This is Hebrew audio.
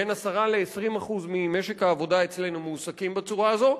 בין 10% ל-20% ממשק העבודה אצלנו מועסקים בצורה הזאת,